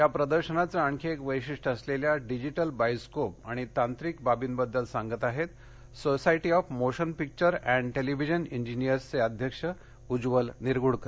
या प्रदर्शनाचं आणखी एक वैशिष्ट्य असलेल्या डीजीटल बाईस्कोप आणि तांत्रिक बाबींबद्दल सांगत आहेत society of motion picture and television इंजिनियर्सचे अध्यक्ष उज्ज्वल निरगुडकर